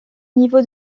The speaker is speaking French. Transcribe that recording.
niveau